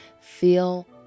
feel